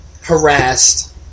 harassed